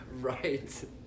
right